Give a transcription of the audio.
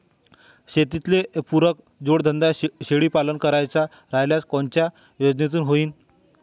शेतीले पुरक जोडधंदा शेळीपालन करायचा राह्यल्यास कोनच्या योजनेतून होईन?